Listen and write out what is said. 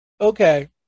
Okay